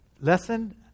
lesson